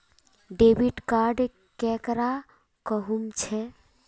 Debit card केकरा कहुम छे?